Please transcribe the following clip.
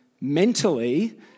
mentally